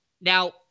Now